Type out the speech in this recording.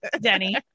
Denny